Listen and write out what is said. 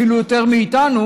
אפילו יותר מאיתנו,